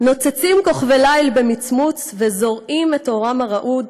נוצצים כוכבי ליל במצמוץ / וזורעים את אורם הרעוד